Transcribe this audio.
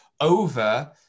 over